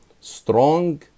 strong